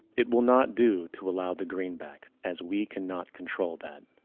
it will not do to allow the greenback. as we cannot control that.